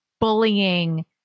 bullying